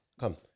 Come